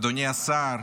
אדוני השר,